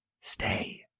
Stay